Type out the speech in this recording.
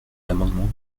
l’amendement